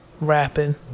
rapping